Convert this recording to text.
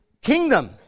kingdom